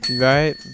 Right